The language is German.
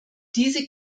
diese